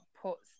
puts